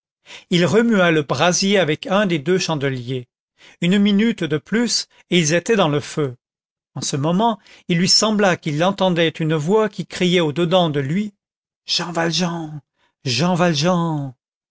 il remua le brasier avec un des deux chandeliers une minute de plus et ils étaient dans le feu en ce moment il lui sembla qu'il entendait une voix qui criait au dedans de lui jean valjean jean valjean